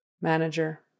manager